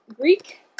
Greek